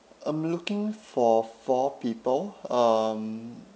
I'm looking for four people um